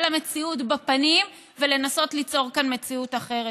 למציאות בפנים ולנסות ליצור כאן מציאות אחרת.